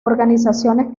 organizaciones